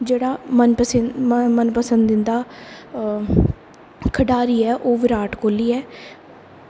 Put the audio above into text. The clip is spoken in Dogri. जेह्ड़ा मनपसंद इंदा खढारी ऐ ओह् विराट कोहली ऐ